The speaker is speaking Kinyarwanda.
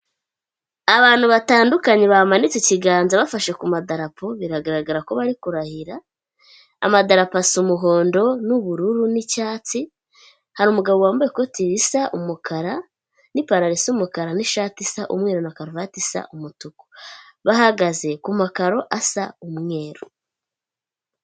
Abantu batandukanye bamanitse ikiganza bafashe ku madarapo, biragaragara ko bari kurahira, amadarapo asa umuhondo n'ubururu n'icyatsi, hari umugabo wambaye ikoti risa umukara, n'ipantaro isa umukara, n'ishati isa umweru na karuvati isa umutuku. Bahagaze ku makaro asa umweru.